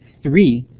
three,